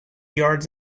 yards